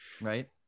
right